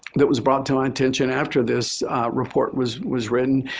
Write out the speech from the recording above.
that was brought to my attention after this report was was written.